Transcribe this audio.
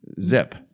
Zip